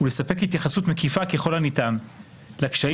ולספק התייחסות מקיפה ככל הניתן לקשיים